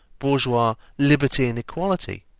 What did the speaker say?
bourgeois liberty and equality,